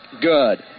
good